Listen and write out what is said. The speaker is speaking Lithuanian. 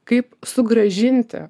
kaip sugrąžinti